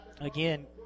again